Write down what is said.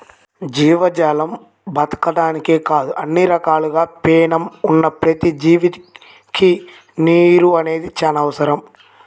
జీవజాలం బతకడానికే కాదు అన్ని రకాలుగా పేణం ఉన్న ప్రతి జీవికి నీరు అనేది చానా అవసరం